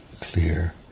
clear